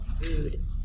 food